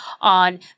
on